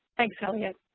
thanks elliott.